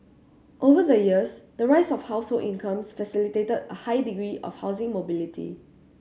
over the years the rise of household incomes facilitated a high degree of housing mobility